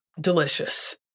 Delicious